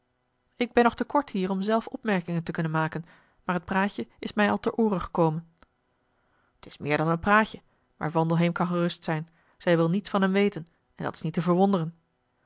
ik ben nog te kort hier om zelf opmerkingen te kunnen maken maar het praatje is mij al ter oore gekomen t is meer dan een praatje maar wandelheem kan gerust zijn zij wil niets van hem weten en dat is niet te verwonderen